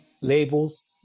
labels